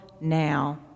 now